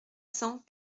cents